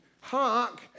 Hark